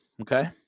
Okay